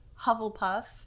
Hufflepuff